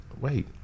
wait